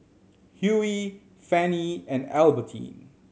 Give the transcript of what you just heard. Hughie Fanny and Albertine